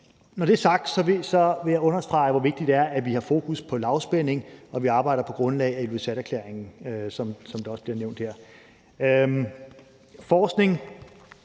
Når det er sagt, vil jeg understrege, hvor vigtigt det er, at vi har fokus på lavspænding, og at vi arbejder på grundlag af Ilulissaterklæringen, som